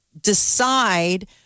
decide